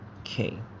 okay